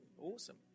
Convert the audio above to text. awesome